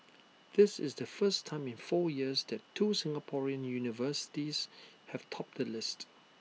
this is the first time in four years that two Singaporean universities have topped the list